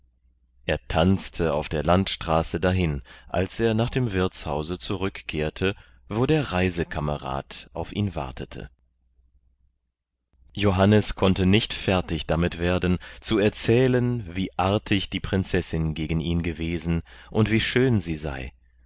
er tanzte auf der landstraße dahin als er nach dem wirtshause zurückkehrte wo der reisekamerad auf ihn wartete johannes konnte nicht fertig damit werden zu erzählen wie artig die prinzessin gegen ihn gewesen und wie schön sie sei